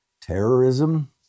terrorism